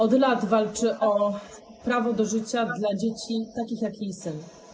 Od lat walczy o prawo do życia dla dzieci takich, jak jej syn.